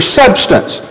substance